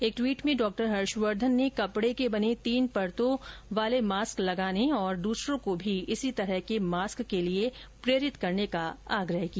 एक ट्वीट में डॉ हर्षवर्धन ने कपड़े के बने तीन परतों वो मास्क लगाने और दूसरों को भी इसी तरह के मास्क के लिए प्रेरित करने का आग्रह किया